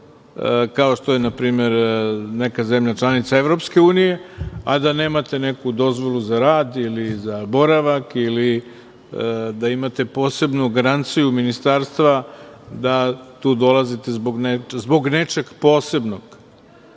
kao što je na primer neka zemlja članica EU, a da nemate neku dozvolu za rad ili za boravak ili da imate posebnu garanciju ministarstva da tu dolazite zbog nečeg posebno. Tako